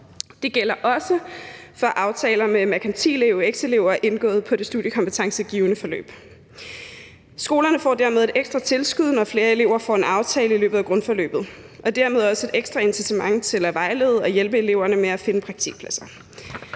Det gælder også for aftaler med merkantile eux-elever indgået på det studiekompetencegivende forløb. Skolerne får dermed et ekstra tilskud, når flere elever får en aftale i løbet af grundforløbet, og dermed også et ekstra incitament til at vejlede og hjælpe eleverne med at finde praktikpladser.